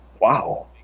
Wow